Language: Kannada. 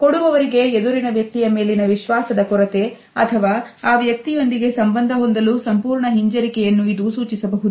ಕೊಡುವವರಿಗೆ ಎದುರಿನ ವ್ಯಕ್ತಿಯ ಮೇಲಿನ ವಿಶ್ವಾಸದ ಕೊರತೆ ಅಥವಾ ಆ ವ್ಯಕ್ತಿಯೊಂದಿಗೆ ಸಂಬಂಧ ಹೊಂದಲು ಸಂಪೂರ್ಣ ಹಿಂಜರಿಕೆಯನ್ನು ಇದು ಸೂಚಿಸಬಹುದು